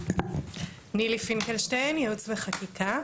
שלום, ייעוץ וחקיקה.